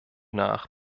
nach